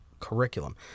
curriculum